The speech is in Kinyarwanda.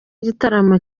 igitaramo